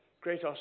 great